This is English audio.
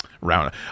round